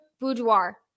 boudoir